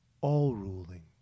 all-ruling